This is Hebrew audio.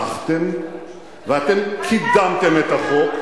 אתם תמכתם ואתם קידמתם את החוק,